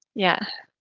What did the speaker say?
yeah.